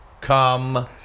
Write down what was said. come